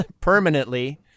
permanently